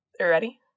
ready